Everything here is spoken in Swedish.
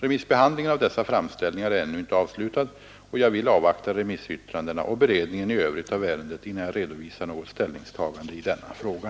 Remissbehandlingen av dessa framställningar är ännu inte avslutad, och jag will avvakta remissyttrandena och beredningen i övrigt av ärendet innan jag redovisar något ställningstagande i denna fråga.